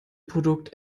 produkt